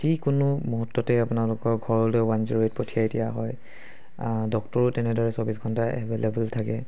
যিকোনো মুহূৰ্ততে আপোনালোকক ঘৰলৈ ওৱান জিৰ' এইট পঠিয়াই দিয়া হয় ডক্তৰো তেনেদৰেই চৌব্বিছ ঘণ্টাই এভেইলেবল থাকে